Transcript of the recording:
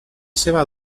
seva